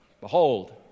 Behold